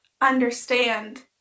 understand